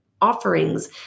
offerings